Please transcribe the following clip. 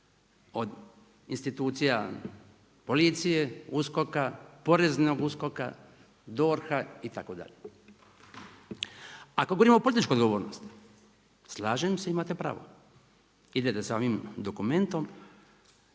od institucija policije, USKOK-a, Poreznog USKOK-a, DORH-a itd. Ako govorimo o političkoj odgovornosti, slažem se i imate pravo, idete s ovim dokumentom